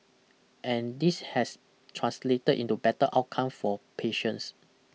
and this has translated into better outcome for patients